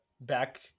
back